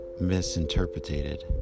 misinterpreted